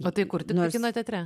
o tai kur tiktai kino teatre